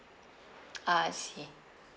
ah I see